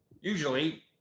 Usually